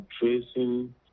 tracing